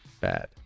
bad